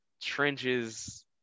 trenches